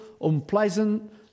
unpleasant